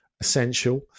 essential